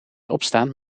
opstaan